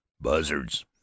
buzzards